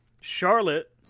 Charlotte